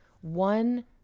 one